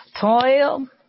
toil